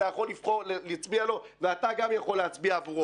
אתה יכול לבחור להצביע לו ואתה גם יכול להצביע עבורו.